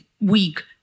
week